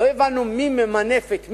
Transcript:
לא הבנו מי ממנף את מי.